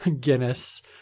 Guinness